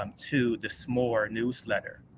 um to the small newsletter,